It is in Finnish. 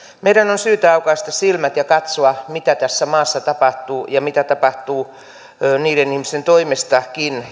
meidän on syytä aukaista silmät ja katsoa mitä tässä maassa tapahtuu ja mitä tapahtuu niidenkin ihmisten toimesta